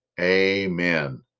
Amen